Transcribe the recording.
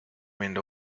wind